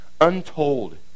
untold